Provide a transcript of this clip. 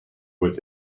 with